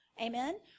Amen